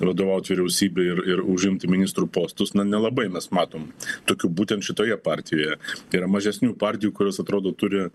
vadovaut vyriausybei ir ir užimti ministrų postus na nelabai mes matom tokių būtent šitoje partijoje tai yra mažesnių partijų kurios atrodo turi